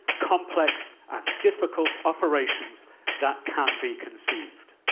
complex, and difficult operations that can be conceived.